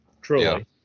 Truly